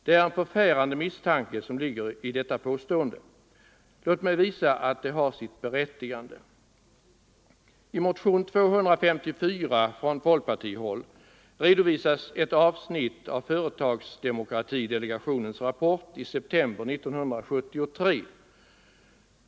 Det är en förfärande misstanke som ligger i detta påstående. Låt mig visa att det har sitt berättigande. I motion 254 från folkpartihåll redovisas ett avsnitt av företagsdemokratidelegationens rapport i september 1973.